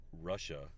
Russia